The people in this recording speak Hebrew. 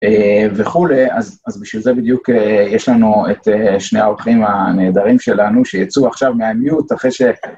וכולי, אז בשביל זה בדיוק יש לנו את שני העורכים הנהדרים שלנו שיצאו עכשיו מהמיוט אחרי ש...